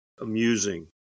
Amusing